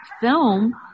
film